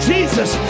Jesus